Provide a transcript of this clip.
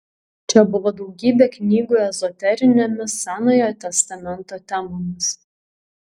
čia buvo daugybė knygų ezoterinėmis senojo testamento temomis